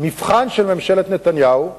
המבחן של ממשלת נתניהו הוא,